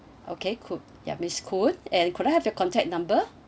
okay koon ya miss koon and could I have your contact number